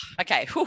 okay